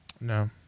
No